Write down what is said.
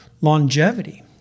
longevity